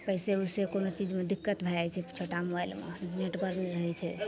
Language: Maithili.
पइसे उइसे कोनो चीजमे दिक्कत भै जाइ छै छोटा मोबाइलमे नेटवर्क नहि रहै छै